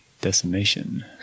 Decimation